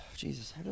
Jesus